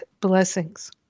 blessings